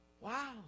Wow